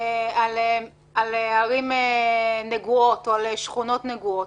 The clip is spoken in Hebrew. על ערים נגועות או על שכונות נגועות.